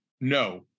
no